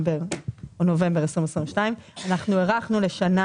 בנובמבר 2022. אנחנו הארכנו לשנה